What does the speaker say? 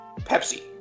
Pepsi